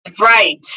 right